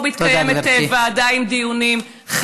פה מתקיימת ועדה עם דיונים.